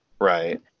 Right